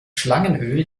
schlangenöl